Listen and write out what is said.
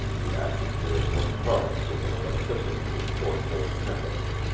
the atmosphere more charged with an electricity which foretold tempest.